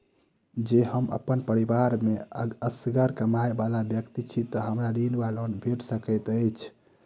जँ हम अप्पन परिवार मे असगर कमाई वला व्यक्ति छी तऽ हमरा ऋण वा लोन भेट सकैत अछि?